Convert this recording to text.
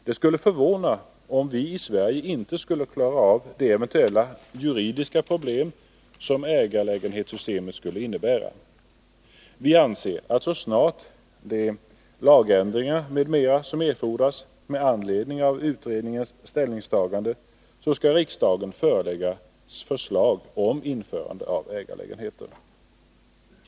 Det vore förvånande om vi i Sverige inte kunde klara av de eventuella juridiska problem som ägarlägenhetssystemet skulle innebära. Vi anser att så snart det utarbetats förslag till de lagändringar m.m., som erfordras med anledning av utredningens ställningstagande, skall riksdagen föreläggas förslag om införande av ägarlägenheter.